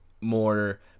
more